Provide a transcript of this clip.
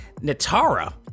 natara